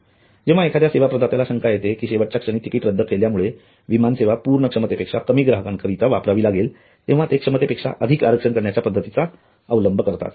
जेव्हा एखाद्या सेवा प्रदात्याला शंका येते की शेवटच्या क्षणी तिकीट रद्द केल्यामुळे विमानसेवा पूर्ण क्षमतेपेक्षा कमी ग्राहका करीता वापरावी लागेल तेव्हा ते क्षमतेपेक्षा अधिक आरक्षण करण्याच्या पद्धतीचा अवलंब करू शकतात